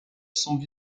sont